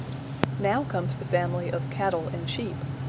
now comes the family of cattle and sheep.